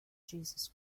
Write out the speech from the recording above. jesus